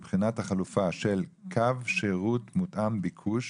הוועדה קוראת לבחינת החלופה של קו שירות מותאם ביקוש